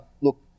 look